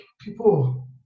people